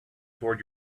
toward